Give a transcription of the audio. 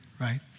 right